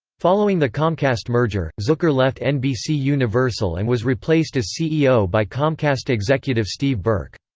following the comcast merger, zucker left nbcuniversal and was replaced as ceo by comcast executive steve burke.